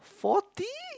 forty